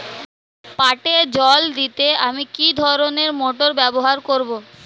পাটে জল দিতে আমি কি ধরনের মোটর ব্যবহার করব?